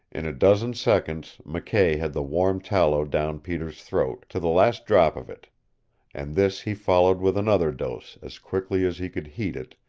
in a dozen seconds mckay had the warm tallow down peter's throat, to the last drop of it and this he followed with another dose as quickly as he could heat it,